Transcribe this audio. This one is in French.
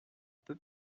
peut